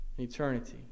eternity